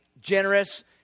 generous